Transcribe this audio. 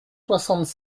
soixante